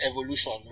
evolution